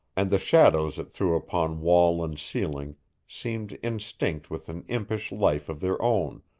and the shadows it threw upon wall and ceiling seemed instinct with an impish life of their own,